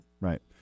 right